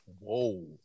Whoa